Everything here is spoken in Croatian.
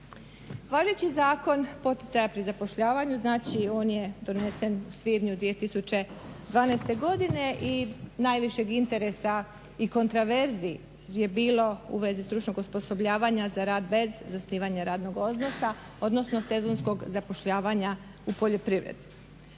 Hvaleći Zakon poticaja pri zapošljavanju, znači on je donesen u svibnju 2012.godine i najvišeg interesa i kontraverzi je bilo u vezi stručnog osposobljavanja za rad bez zasnivanja radnog odnosa, odnosno sezonskog zapošljavanja u poljoprivredi.